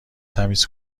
تمیز